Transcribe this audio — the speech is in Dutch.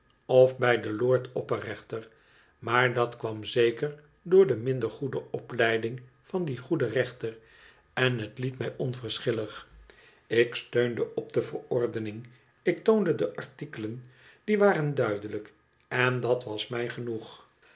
of bij den lord opper kechter maar dat kwam zeker door de minder goede opleiding van dien goeden rechter en het liet mij onverschillig ik steunde op de verordening ik toonde de artikelen die waren duidelijk en dat was mij genoeg